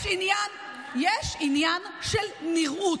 שיש עניין של נראות.